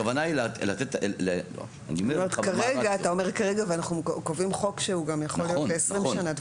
אתה אומר "כרגע" ואנחנו קובעים חוק שהוא גם יכול להיות ל-20 שנה.